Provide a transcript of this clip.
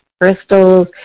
crystals